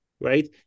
right